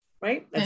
right